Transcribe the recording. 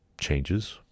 changes